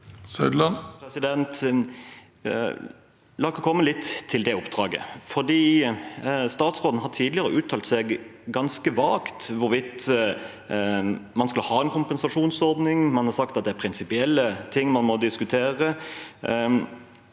Saudland (FrP) La oss komme litt til det oppdraget, for statsråden har tidligere uttalt seg ganske vagt om hvorvidt man skal ha en kompensasjonsordning. Man har sagt at det er prinsipielle ting man må diskutere.